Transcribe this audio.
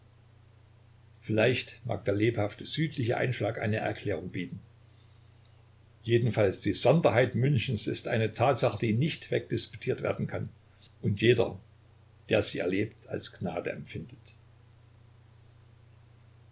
vielleicht mag der lebhafte südliche einschlag eine erklärung bieten jedenfalls die sonderheit münchens ist eine tatsache die nicht wegdisputiert werden kann und die jeder der sie erlebt als gnade empfindet